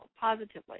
positively